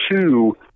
Two